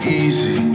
easy